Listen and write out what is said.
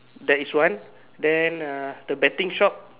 that is one then uh the betting shop